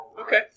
Okay